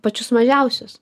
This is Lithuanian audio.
pačius mažiausius